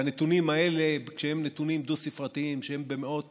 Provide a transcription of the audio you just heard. והנתונים האלה, כשהם נתונים דו-ספרתיים, שהם במאות